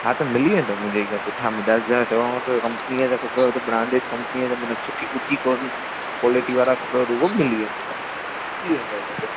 हा त मिली वेंदव मुंहिंजे अॻियां सुठा चवणो त कंपनीअ जा खपेव त ब्रांड कंपनीअ जा मना सुठी ऊंची क्वाली क्वालिटी वारा खपेव त उहे बि मिली वेंदव थी वेंदव